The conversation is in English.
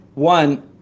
One